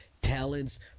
Talents